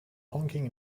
honking